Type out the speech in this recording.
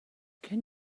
can